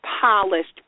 polished